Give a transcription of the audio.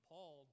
Paul